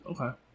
okay